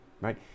right